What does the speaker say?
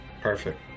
Perfect